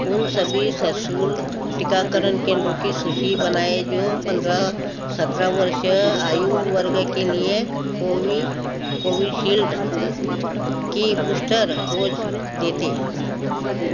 उन सभी सशुल्क टीकाकरण केंद्रों की सूची बनाएँ जो पंद्रह सत्रह वर्ष आयु वर्ग के लिए कोवी कोवीशील्ड की बूस्टर डोज देते